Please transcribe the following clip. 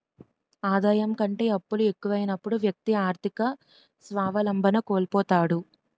ఆదాయం కంటే అప్పులు ఎక్కువైనప్పుడు వ్యక్తి ఆర్థిక స్వావలంబన కోల్పోతాడు